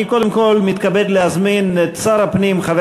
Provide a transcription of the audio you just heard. אני קודם כול מתכבד להזמין את שר הפנים חבר